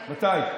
מתי?